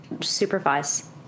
supervise